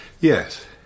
Yes